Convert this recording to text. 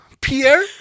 Pierre